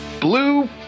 Blue